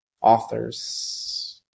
authors